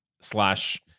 slash